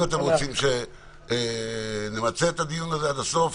אם אתם רוצים שנמצה את הדיון הזה עד הסוף